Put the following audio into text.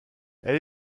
elle